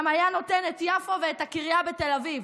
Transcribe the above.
גם היה נותן את יפו ואת הקריה בתל אביב,